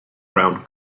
brown